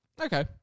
okay